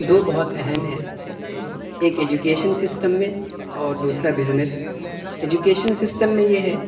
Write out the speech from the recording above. دو بہت اہم ہیں ایک ایجوکیشن سسٹم میں اور دوسرا بزنس ایجوکیشن سسٹم میں یہ ہے